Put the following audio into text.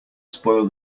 spoil